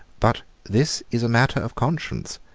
but this is matter of conscience,